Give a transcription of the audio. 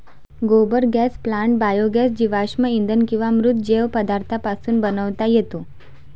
गोबर gas plant biogas जीवाश्म इंधन किंवा मृत जैव पदार्थांपासून बनवता येतो